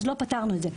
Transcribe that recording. אז לא פתרנו את זה.